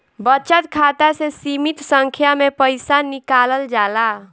बचत खाता से सीमित संख्या में पईसा निकालल जाला